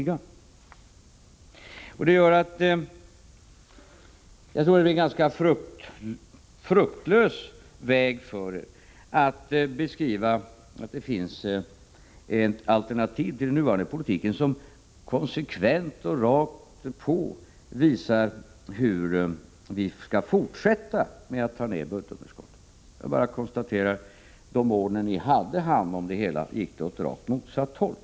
Jag tror därför att det blir en ganska fruktlös väg för er att beskriva att det finns ett alternativ till den nuvarande politiken, ett alternativ som konsekvent visar hur vi skall fortsätta med att få ner budgetunderskottet. Jag konstaterar att det gick åt rakt motsatt håll under de år då ni hade hand om regeringsmakten.